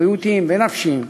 בריאותיים ונפשיים.